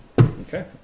Okay